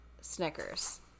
Snickers